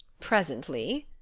presently?